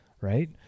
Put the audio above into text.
right